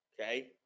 Okay